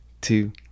two